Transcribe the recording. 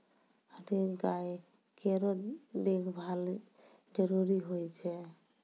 हरेक गाय केरो देखभाल जरूरी होय छै